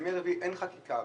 ובימי רביעי אין חקיקה.